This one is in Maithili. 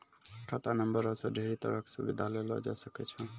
खाता नंबरो से ढेरी तरहो के सुविधा लेलो जाय सकै छै